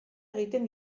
egiten